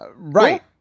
Right